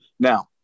Now